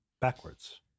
backwards